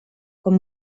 quan